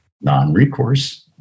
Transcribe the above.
non-recourse